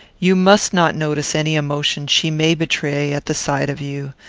you must not notice any emotion she may betray at the sight of you,